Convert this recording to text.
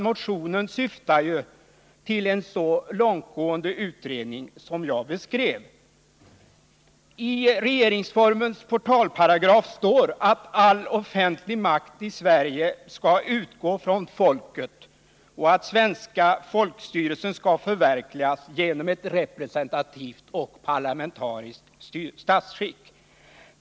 Motionen syftar ju till den långtgående utredning som jag beskrev. I regeringsformens portalparagraf står att all offentlig makt i Sverige skall utgå från folket och att den svenska folkstyrelsen skall förverkligas genom ett representativt och parlamentariskt statsskick.